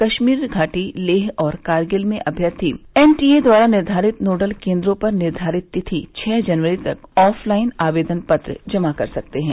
कस्मीर घाटी लेह और कारगिल में अम्यर्थी एनटीए द्वारा निर्धारित नोडल केंद्रों पर निर्धारित तिथि छः जनवरी तक ऑफलाइन आवेदन पत्र जमा करा सकते हैं